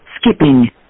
Skipping